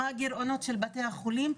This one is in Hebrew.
מה הגירעונות של בתי החולים.